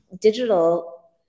digital